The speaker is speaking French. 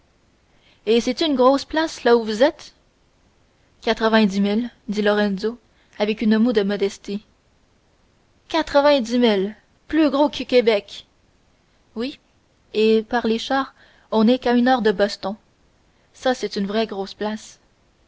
et c'est-y une grosse place là où vous êtes quatre-vingt-dix mille dit lorenzo avec une moue de modestie quatre-vingt-dix mille plus gros que québec oui et par les chars on n'est qu'à une heure de boston ça c'est une vraie grosse place